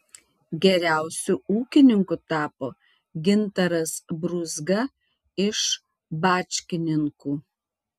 geriausiu ūkininku tapo gintaras brūzga iš bačkininkų